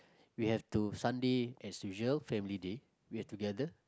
we have to Sunday as usual family day we're together